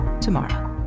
tomorrow